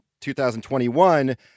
2021